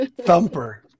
Thumper